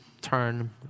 turn